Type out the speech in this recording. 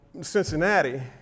Cincinnati